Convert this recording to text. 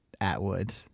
Atwood